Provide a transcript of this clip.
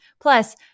Plus